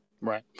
Right